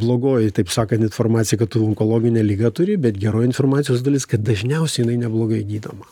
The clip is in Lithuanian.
blogoji taip sakant informacija kad tu onkologinę ligą turi bet geroji informacijos dalis kad dažniausiai jinai neblogai gydoma